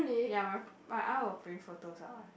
ya my my aunt will print photos out [one]